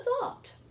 thought